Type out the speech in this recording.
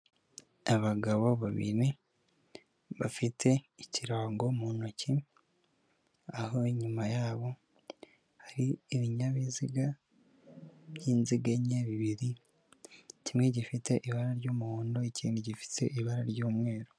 Abagabo babiri bafite ikirango mu ntoki aho inyuma yabo hari ibinyabiziga by'inziga enye bibiri, kimwe gifite ibara ry'umuhondo ikindi gifite ibara ry'umweru.